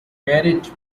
varied